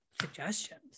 suggestions